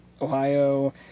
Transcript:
Ohio